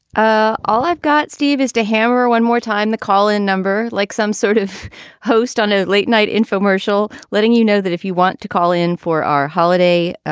ah all i've got, steve, is to hammer one more time the call in number. like some sort of host on a late night infomercial, letting you know that if you want to call in for our holiday,